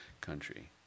country